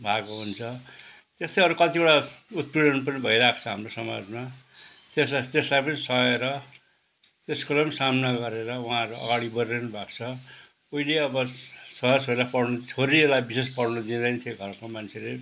भएको हुन्छ त्यस्तै अरू कतिवटा उत्पीडन पनि भइरहेको छ हाम्रो समाजमा त्यसलाई पनि सहेर त्यस कुरा पनि सामना गरेर उहाँहरू अगाडि बढिरहनु भएको अहिले अब छोरा छोरीलाई पढाउनु छोरीहरूलाई विशेष पढ्नु दिँदैन थिए घरका मान्छेले